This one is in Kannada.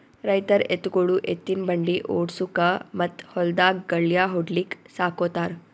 ರೈತರ್ ಎತ್ತ್ಗೊಳು ಎತ್ತಿನ್ ಬಂಡಿ ಓಡ್ಸುಕಾ ಮತ್ತ್ ಹೊಲ್ದಾಗ್ ಗಳ್ಯಾ ಹೊಡ್ಲಿಕ್ ಸಾಕೋತಾರ್